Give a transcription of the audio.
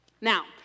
Now